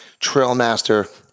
Trailmaster